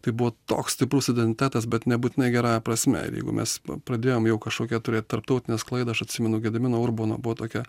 tai buvo toks stiprus identitetas bet nebūtinai gerąja prasme ir jeigu mes pradėjom jau kažkokią turėt tarptautinę sklaidą aš atsimenu gedimino urbono buvo tokia